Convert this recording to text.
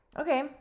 Okay